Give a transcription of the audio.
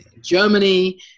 Germany